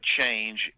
change